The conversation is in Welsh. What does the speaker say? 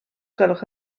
gwelwch